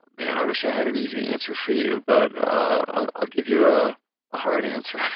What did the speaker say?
man i wish i had an easy answer for you, but ah i'll give you a hard answer,